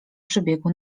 przebiegu